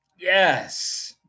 Yes